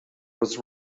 was